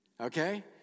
Okay